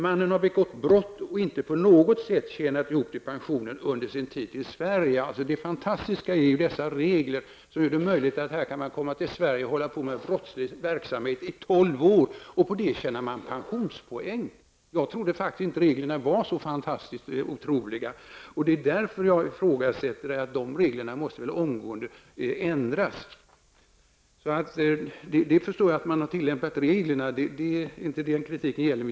Mannen har begått brott och inte på något sätt tjänat ihop till pensionen under sin tid i Sverige. Det fantastiska är dessa regler som gör det möjligt att komma till Sverige, bedriva brottslig verksamhet i tolv år, och tjäna pensionspoäng på det. Jag trodde inte att reglerna var så fantastiskt otroliga. Det är därför jag ifrågasätter dem. Dessa regler måste väl omgående ändras? Jag förstår att man har tillämpat reglerna. Det är inte det saken gäller.